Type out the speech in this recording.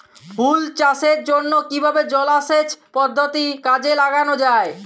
ফুল চাষের জন্য কিভাবে জলাসেচ পদ্ধতি কাজে লাগানো যাই?